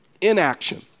Inaction